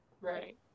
Right